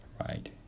right